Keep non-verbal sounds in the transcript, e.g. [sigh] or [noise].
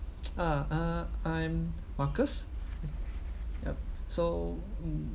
[noise] ah uh I'm marcus [noise] yup so mm